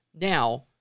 Now